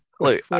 look